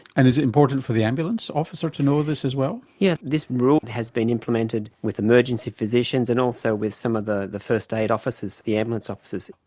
and is it important for the ambulance officer to know this as well? yes, this rule has been implemented with emergency physicians and also with some of the the first aid officers, the ambulance officers.